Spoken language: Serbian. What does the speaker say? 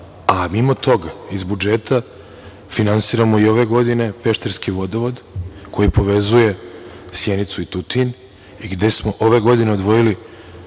a mimo toga iz budžeta finansiramo i ove godine pešterski vodovod koji povezuje Sjenicu i Tutin i gde smo ove godine odvojili